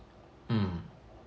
mm